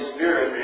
Spirit